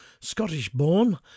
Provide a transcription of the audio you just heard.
Scottish-born